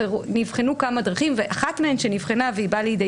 נבחנו כמה דרכים ואחת מהן שנבחנה והיא באה לידי